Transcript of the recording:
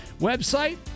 website